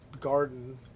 garden